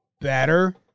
better